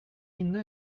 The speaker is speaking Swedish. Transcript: inne